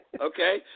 Okay